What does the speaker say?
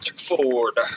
Ford